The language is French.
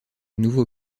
nouveau